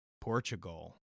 Portugal